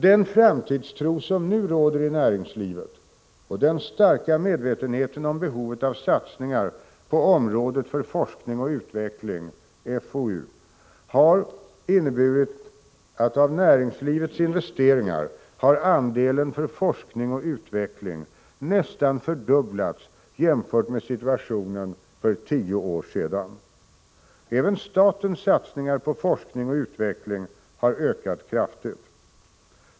Den framtidstro som nu råder i näringslivet och den starka medvetenheten om behovet av satsningar på området för forskning och utveckling har inneburit att av näringslivets investeringar har andelen för forskning och utveckling nästan fördubblats jämfört med situationen för tio år sedan. Även statens satsningar på forskning och utveckling har ökat kraftigt.